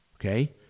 Okay